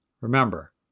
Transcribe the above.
Remember